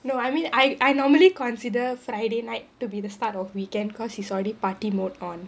no I mean i~ I normally consider friday night to be the start of weekend because it's already party mode on